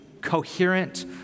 coherent